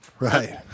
Right